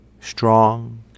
Strong